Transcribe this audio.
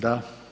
Da.